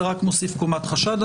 זה רק מוסיף קומת חשד.